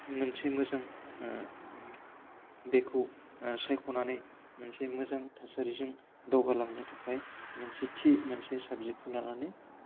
मोनसे मोजां बेखौ सायख'नानै मोनसे मोजां थासारिजों दावगालांनो थाखाय मोनसे थि मोनसे साबजेक्तखौ लानानै